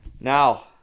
now